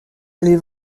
les